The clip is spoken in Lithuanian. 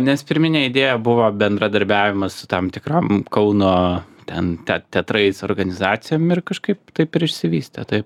nes pirminė idėja buvo bendradarbiavimas su tam tikrom kauno ten te teatrais organizacijom ir kažkaip taip ir išsivystė taip